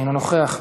אינו נוכח,